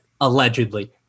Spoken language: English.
allegedly